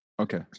Okay